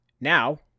Now